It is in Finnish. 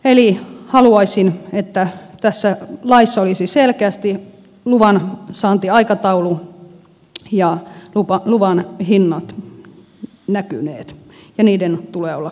eli haluaisin että tässä laissa olisivat selkeästi luvansaantiaikataulu ja luvan hinnat näkyvissä ja niiden tulee olla kohtuullisia